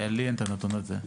לי אין את הנתון הזה.